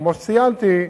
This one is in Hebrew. כמו שציינתי,